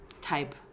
type